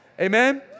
Amen